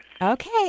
Okay